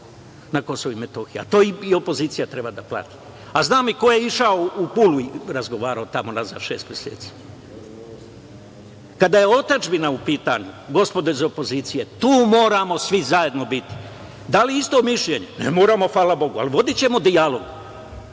na Kosovu i Metohiji, a to i opozicija treba da plati. Znam i ko je išao u Pulu i razgovarao tamo nazad šest meseci. Kada je otadžbina u pitanju, gospodo iz opozicije, tu moramo svi zajedno biti. Da li imamo isto mišljenje, ne moramo, hvala Bogu, ali vodićemo dijalog.